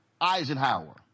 Eisenhower